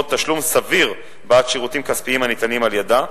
תשלום סביר בעד שירותים כספיים הניתנים על-ידה,